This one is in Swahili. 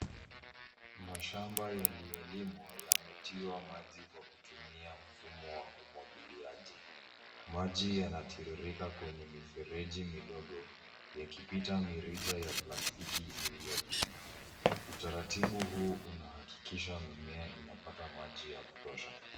Mashamba yaliyolimwa yemetiwa maji kwa kutumia mfumo wa umwagiliaji. Maji yanatirirka kwenye mifereji midogo, yakipita mirija ya plastiki iliyopinda. Utaratibu huu unahakikisha mimea inapata maji ya kutosha.